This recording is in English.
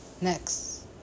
next